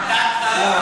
לא,